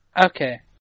Okay